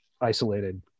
isolated